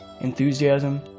enthusiasm